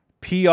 PR